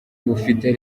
bufite